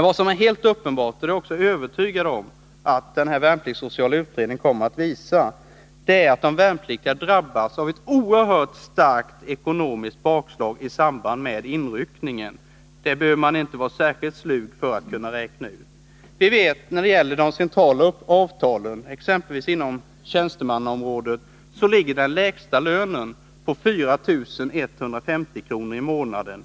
Vad som är helt uppenbart — och jag är övertygad om att den värnpliktssociala utredningen kommer att visa det — är att de värnpliktiga drabbas av ett oerhört starkt ekonomiskt bakslag i samband med inryckningen. I de centrala avtalen på exempelvis tjänstemannaområdet ligger den lägsta lönen på 4 150 kr. i månaden.